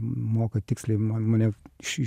moka tiksliai man mane šį